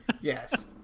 Yes